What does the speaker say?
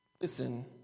Listen